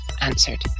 answered